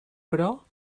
però